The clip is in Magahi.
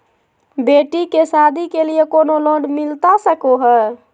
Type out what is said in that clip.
बेटी के सादी के लिए कोनो लोन मिलता सको है?